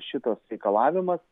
šitas reikalavimas